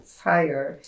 fire